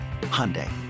Hyundai